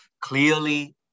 clearly